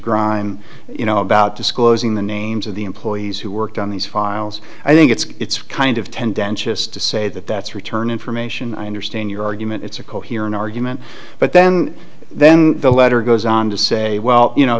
grime you know about disclosing the name the employees who worked on these files i think it's kind of tendentious to say that that's return information i understand your argument it's a coherent argument but then then the letter goes on to say well you know